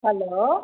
hello